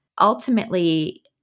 Ultimately